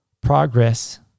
progress